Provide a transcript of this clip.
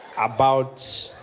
about